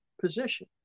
position